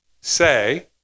say